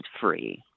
free